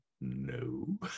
No